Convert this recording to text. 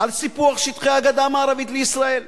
על סיפוח שטחי הגדה המערבית לישראל.